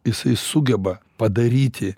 jisai sugeba padaryti